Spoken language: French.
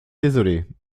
désolée